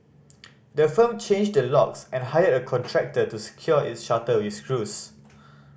the firm changed the locks and hired a contractor to secure its shutter with screws